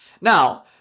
Now